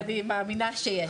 אני מאמינה שיש.